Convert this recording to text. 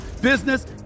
business